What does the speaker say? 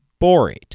borate